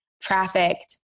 trafficked